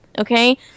Okay